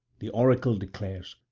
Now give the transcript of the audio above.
the oracle declares,